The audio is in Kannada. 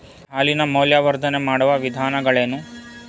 ಹಾಲಿನ ಮೌಲ್ಯವರ್ಧನೆ ಮಾಡುವ ವಿಧಾನಗಳೇನು?